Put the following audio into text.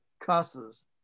cusses